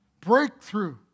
Breakthrough